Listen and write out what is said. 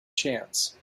chance